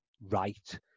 right